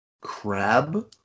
Crab